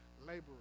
laborers